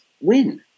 win